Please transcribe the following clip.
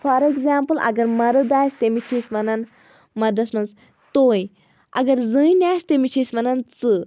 for example اگر مَرد آسہِ تٔمِس چھِ أسۍ وَنان مَردَس منٛز تُہۍ اگر زٔنۍ آسہِ تٔمِس چھِ أسۍ وَنان ژٕ